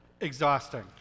Exhausting